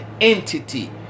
entity